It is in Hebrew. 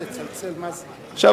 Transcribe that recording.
עכשיו,